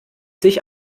sich